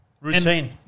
routine